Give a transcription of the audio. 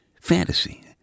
Fantasy